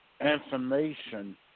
Information